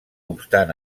obstant